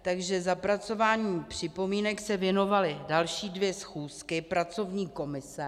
Takže zapracování připomínek se věnovaly další dvě schůzky pracovní komise.